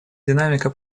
динамика